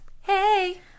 Hey